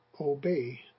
obey